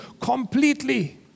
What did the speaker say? completely